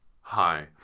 Hi